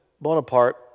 Bonaparte